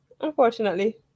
Unfortunately